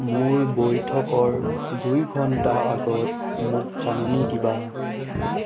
মোৰ বৈঠকৰ দুই ঘণ্টা আগত মোক জাননী দিবা